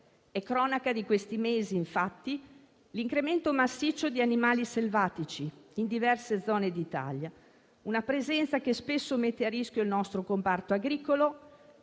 È cronaca di questi mesi, infatti, l'incremento massiccio di animali selvatici in diverse zone d'Italia, con una presenza che spesso mette a rischio il nostro comparto agricolo,